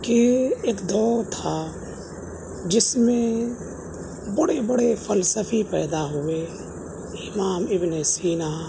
کہ ایک دور تھا جس میں بڑے بڑے فلسفی پیدا ہوئے امام ابن سینا